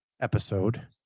episode